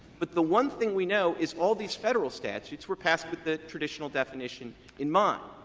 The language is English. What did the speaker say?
but the one thing we know is all these federal statutes were passed with the traditional definition in mind.